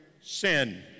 sin